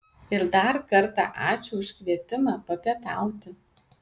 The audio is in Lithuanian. ir dar kartą ačiū už kvietimą papietauti